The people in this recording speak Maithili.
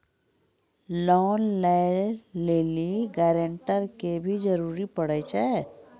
लोन लै लेली गारेंटर के भी जरूरी पड़ै छै?